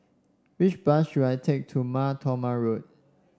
which bus should I take to Mar Thoma Road